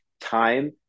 time